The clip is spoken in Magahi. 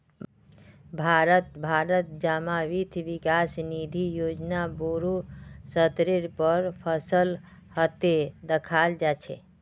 भारत भरत जमा वित्त विकास निधि योजना बोडो स्तरेर पर सफल हते दखाल जा छे